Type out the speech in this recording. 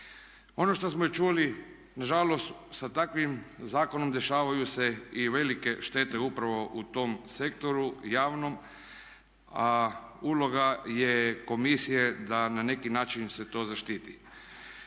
Ono što smo čuli na žalost sa takvim zakonom dešavaju se i velike štete upravo u tom sektoru javnom, a uloga je komisija da na neki način se to zaštiti.